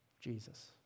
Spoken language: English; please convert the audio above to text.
Jesus